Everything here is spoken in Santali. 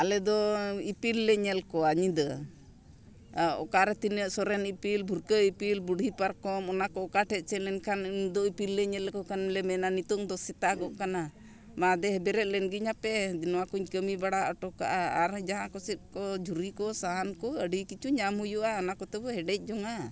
ᱟᱞᱮᱫᱚ ᱤᱯᱤᱞ ᱞᱮ ᱧᱮᱞ ᱠᱚᱣᱟ ᱧᱤᱫᱟᱹ ᱚᱠᱟᱨᱮ ᱛᱤᱱᱟᱹᱜ ᱥᱚᱨᱮᱱ ᱤᱯᱤᱞ ᱵᱷᱩᱨᱠᱟᱹ ᱤᱯᱤᱞ ᱵᱩᱰᱷᱤ ᱯᱟᱨᱠᱚᱢ ᱚᱱᱟ ᱠᱚ ᱚᱠᱟ ᱴᱷᱮᱱ ᱥᱮᱱ ᱞᱮᱱᱠᱷᱟᱱ ᱩᱱᱫᱚ ᱤᱯᱤᱞ ᱞᱮ ᱧᱮᱞ ᱞᱮᱠᱚ ᱠᱷᱟᱱ ᱞᱮ ᱢᱮᱱᱟ ᱱᱤᱛᱳᱜ ᱫᱚ ᱥᱮᱛᱟᱜᱚᱜ ᱠᱟᱱᱟ ᱢᱟᱦ ᱫᱮᱦ ᱵᱮᱨᱮᱫ ᱞᱮᱱᱜᱤᱧ ᱦᱟᱯᱮ ᱱᱚᱣᱟ ᱠᱚᱧ ᱠᱟᱹᱢᱤ ᱵᱟᱲᱟ ᱦᱚᱴᱚ ᱠᱟᱜᱼᱟ ᱟᱨᱦᱚᱸ ᱡᱟᱦᱟᱸ ᱠᱚᱥᱮᱫ ᱠᱚ ᱡᱷᱩᱨᱤ ᱠᱚ ᱥᱟᱦᱟᱱ ᱠᱚ ᱟᱹᱰᱤ ᱠᱤᱪᱷᱩ ᱧᱟᱢ ᱦᱩᱭᱩᱜᱼᱟ ᱚᱱᱟ ᱠᱚᱛᱮ ᱵᱚᱱ ᱦᱮᱰᱮᱡ ᱡᱚᱝᱟ